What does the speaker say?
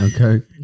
Okay